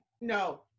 No